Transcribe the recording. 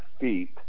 feet